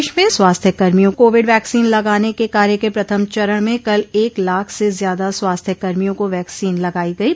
प्रदेश में स्वास्थ्य कर्मियों को कोविड वैक्सीन लगाने के कार्य के प्रथम चरण में कल एक लाख से ज्यादा स्वास्थ्य कर्मियों को वैक्सीन लगायी गयी